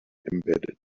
embedded